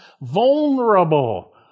vulnerable